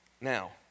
Now